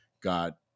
got